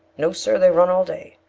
no, sir, they run all day.